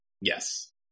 Yes